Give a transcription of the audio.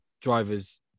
drivers